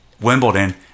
Wimbledon